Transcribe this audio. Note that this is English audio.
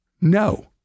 No